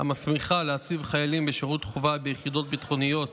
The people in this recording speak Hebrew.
שמסמיכה להציב חיילים בשירות חובה ביחידות ביטחוניות